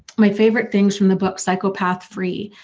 my favorite things from the book psychopath free,